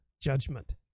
judgment